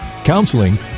counseling